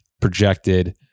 projected